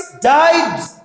died